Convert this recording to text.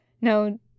no